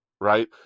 right